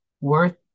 worth